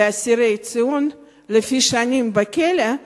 לאסירי ציון לפי מספר השנים בכלא,